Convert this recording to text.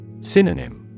Synonym